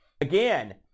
Again